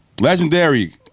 Legendary